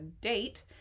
date